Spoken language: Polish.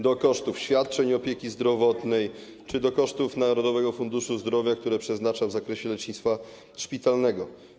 do kosztów świadczeń opieki zdrowotnej czy do kosztów Narodowego Funduszu Zdrowia, które przeznacza w zakresie lecznictwa szpitalnego.